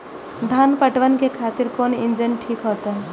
धान पटवन के खातिर कोन इंजन ठीक होते?